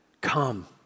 Come